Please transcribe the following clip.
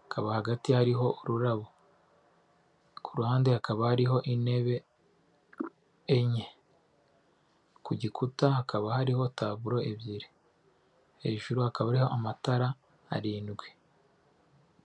hakaba hagati harihoho ururabo, ku ruhande hakaba hariho intebe enye, ku gikuta hakaba hariho taburo ebyiri, hejuru hakabaho amatara arindwi.